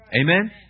Amen